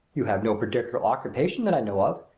you have no particular occupation that i know of,